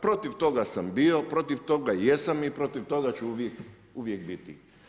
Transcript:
Protiv toga sam bio, protiv toga jesam i protiv toga ću uvijek biti.